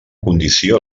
condició